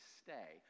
stay